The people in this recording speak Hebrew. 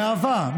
באהבה,